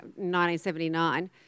1979